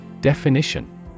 Definition